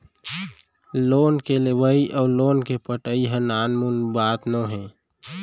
loan के लेवइ अउ लोन के पटाई ह नानमुन बात नोहे